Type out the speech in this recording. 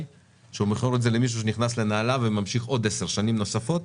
שהוא מוסר את זה למישהו שנכנס לנעליו וממשיך עוד 10 שנים נוספות,